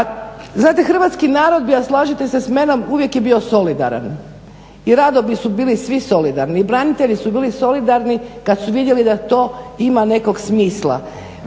Znate hrvatski narod a slažete se s menom uvijek je bio solidaran i rado su bili svi solidarni i branitelji su bili solidarni kada su vidjeli da ima nekog smisla,